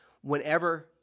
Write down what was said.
Whenever